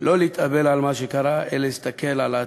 לא להתאבל על מה שקרה, אלא להסתכל על העתיד.